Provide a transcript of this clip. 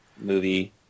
movie